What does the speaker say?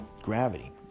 Gravity